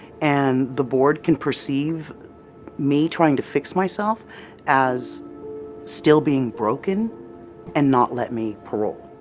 and the board can perceive me trying to fix myself as still being broken and not let me parole.